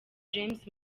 james